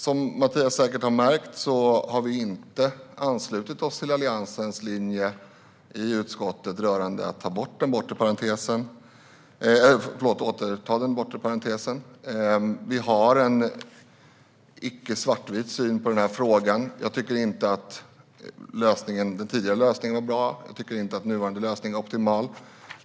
Som Mathias säkert har märkt har vi inte anslutit oss till Alliansens linje i utskottet rörande att återinföra den bortre parentesen. Vi har en icke svartvit syn på den här frågan. Jag tycker inte att den tidigare lösningen var bra. Jag tycker inte att den nuvarande lösningen är optimal.